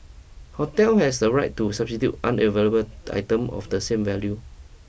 hotel has the right to substitute unavailable items of the same value